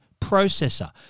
processor